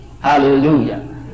Hallelujah